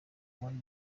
muri